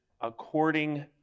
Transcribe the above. according